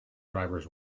drivers